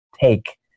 take